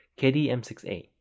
KDM6A